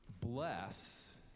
bless